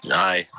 aye.